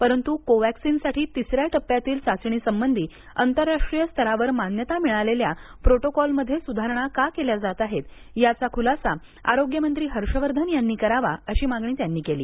परंत् कोव्हॅक्सिनसाठी तिसऱ्या टप्प्यातील चाचणी संबंधी आंतरराष्ट्रीय स्तरावर मान्यता मिळालेल्या प्रोटोकॉलमध्ये स्धारणा का केल्या जात आहेत याचा ख्लासाआरोग्यमंत्री हर्षवर्धन यांनी करावा अशी मागणी त्यांनी केली